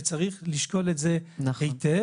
וצריך לשקול את זה היטב.